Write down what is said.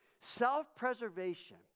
Self-preservation